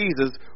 Jesus